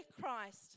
Christ